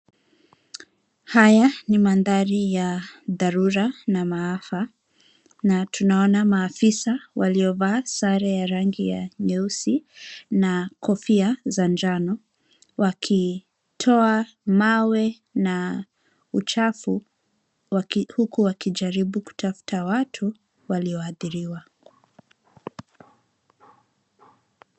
Haya mi mandhari ya dharura na maafa na tunaona maafisa waliovaa sare ya rangi ya nyeusi na kofia za njano, wakitoa mawe na uchafu huku wakijaribu kutafuta watu walioadhiriwa.